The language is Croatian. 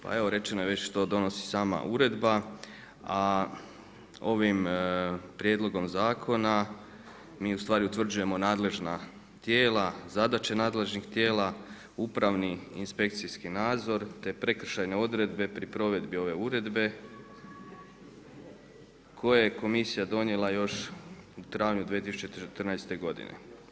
Pa evo rečeno je već što donosi sama uredba, a ovim prijedlogom zakona mi ustvari utvrđujemo nadležna tijela, zadaće nadležnih tijela, upravni i inspekcijski nadzor te prekršajne odredbe pri provedbi ove uredbe koje je komisija donijela još u travnju 2014. godine.